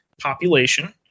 population